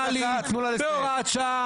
פרסונלי בהוראת שעה.